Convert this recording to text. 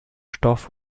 stoff